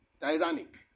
tyrannic